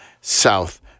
South